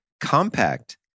compact